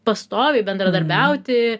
pastoviai bendradarbiauti